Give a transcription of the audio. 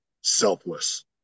selfless